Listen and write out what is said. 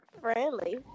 friendly